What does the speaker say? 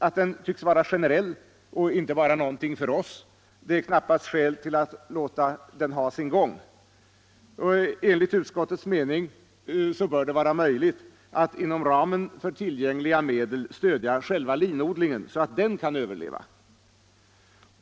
Att den tycks vara generell, inte bara kännbar för oss, är knappast skäl för att låta den ha sin gång. Enligt utskottets mening bör det vara möjligt att inom ramen för tillgängliga medel stödja själva linodlingen, så att den kan överleva.